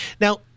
Now